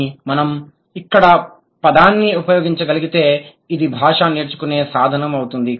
కానీ మనం ఇక్కడ పదాన్ని ఉపయోగించగలిగితే ఇది భాష నేర్చుకునే సాధనం అవుతుంది